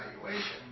evaluation